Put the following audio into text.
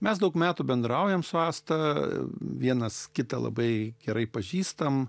mes daug metų bendraujame su asta vienas kitą labai gerai pažįstam